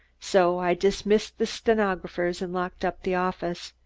so i dismissed the stenographers and locked up the office.